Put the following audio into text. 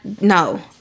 no